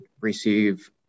receive